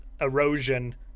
erosion